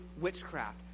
witchcraft